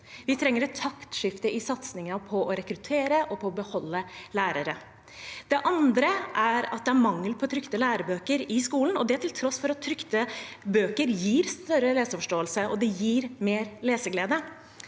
Vi trenger et taktskifte i satsingen på å rekruttere og beholde lærere. Det andre er at det er mangel på trykte lærebøker i skolen, og det til tross for at trykte bøker gir større leseforståelse og mer leseglede.